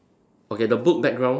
okay the book background leh